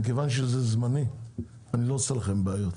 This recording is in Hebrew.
מכיוון שזה זמני אני לא עושה לכם בעיות,